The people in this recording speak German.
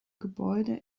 gebäude